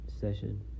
session